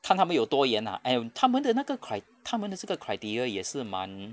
看他们有多严 ah and 他们的那个 cri~ 他们的这个 criteria 也是蛮